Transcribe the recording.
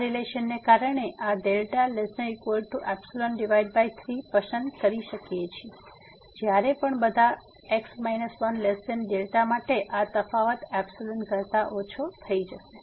આ રીલેશનને કારણે આપણે આ δ≤3 પસંદ કરી શકીએ છીએ જ્યારે પણ બધા | x 1 | δ માટે આ તફાવત કરતા ઓછો થઈ જશે